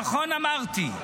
נכון אמרתי,